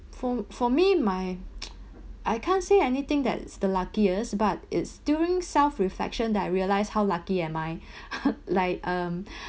for for me my I can't say anything that's the luckiest but it's during self-reflection that I realize how lucky am I like um